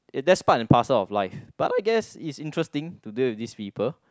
it that's part and parcel of life but I guess it's interesting to deal with these people